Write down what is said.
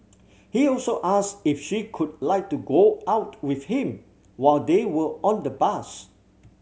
he also ask if she would like to go out with him while they were on the bus